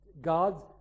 God